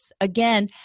again